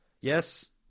yes